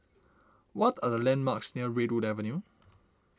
what are the landmarks near Redwood Avenue